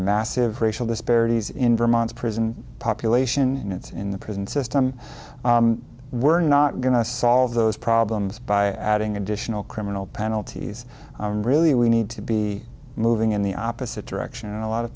massive racial disparities in vermont prison population and it's in the prison system we're not going to solve those problems by adding additional criminal penalties really we need to be moving in the opposite direction and a lot of